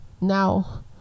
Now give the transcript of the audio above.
now